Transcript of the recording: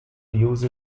use